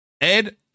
Ed